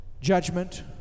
judgment